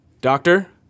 Doctor